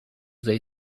say